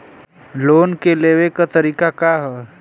Loan के लेवे क तरीका का ह?